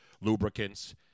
lubricants